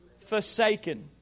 forsaken